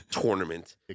tournament